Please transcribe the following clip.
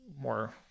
More